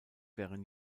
wären